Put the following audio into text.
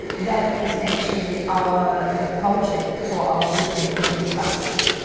that is actually our project for our weekend gilding classes.